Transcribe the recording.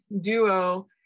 Duo